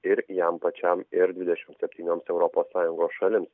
ir jam pačiam ir dvidešim septynioms europos sąjungos šalim